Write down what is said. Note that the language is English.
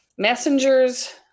Messengers